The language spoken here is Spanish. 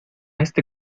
este